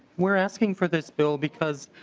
we are asking for this bill because